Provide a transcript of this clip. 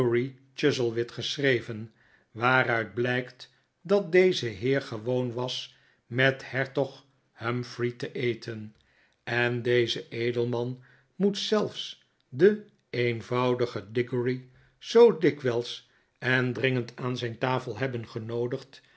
diggory chuzzlewit geschreven waaruit blijkt dat deze heer gewoon was met hertog humphrey te eten en deze edelman moet zelfs den eenvoudigen diggory zoo dikwijls en dringend aan zijn tafel hebben genoodigd